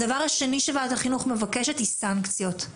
הדבר השני שוועדת החינוך מבקשת זה סנקציות,